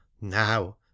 Now